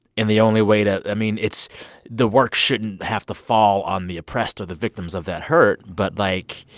and the only way to i mean, it's the work shouldn't have to fall on the oppressed or the victims of that hurt. but, like,